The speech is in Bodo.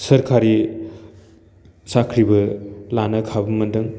सोरकारि साख्रिबो लानो खाबु मोन्दों